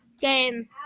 game